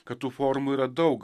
kad tų formų yra daug